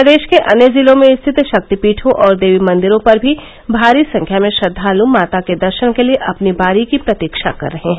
प्रदेश के अन्य जिलों में स्थित शक्तिपीठों और देवी मंदिरों पर भी भारी संख्या में श्रद्वालु माता के दर्शन के लिए अपनी बारी की प्रतीक्षा कर रहे हैं